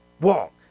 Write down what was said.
walk